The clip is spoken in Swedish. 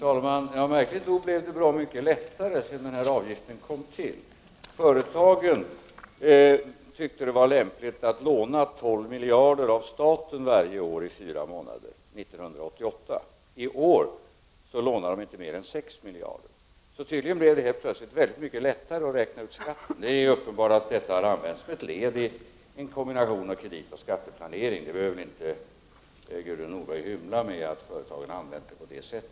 Fru talman! Märkligt nog blev det bra mycket lättare sedan denna avgift kom till. Företagen tyckte år 1988 att det var lämpligt att låna 12 miljarder av staten i fyra månader. I år lånar de inte mer än sex miljarder. Tydligen blev det helt plötsligt mycket lättare att räkna ut sin skatt. Det är uppenbart att man här använt sig av en möjlighet till en kombination av kredit och skatteplanering. Gudrun Norberg behöver inte hymla med att företagen har använt denna möjlighet.